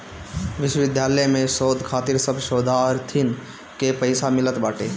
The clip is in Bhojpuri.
विश्वविद्यालय में शोध खातिर सब शोधार्थीन के पईसा मिलत बाटे